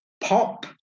pop